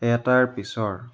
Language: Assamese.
এটাৰ পিছৰ